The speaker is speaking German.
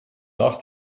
nach